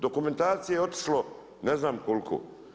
Dokumentacije je otišlo ne znam koliko.